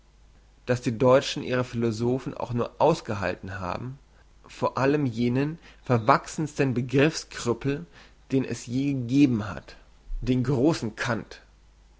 dass die deutschen ihre philosophen auch nur ausgehalten haben vor allen jenen verwachsensten begriffs krüppel den es je gegeben hat den grossen kant